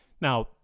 now